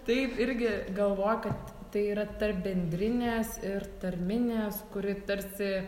taip irgi galvo kad tai yra tarp bendrinės ir tarminės kuri tarsi